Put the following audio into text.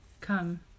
Come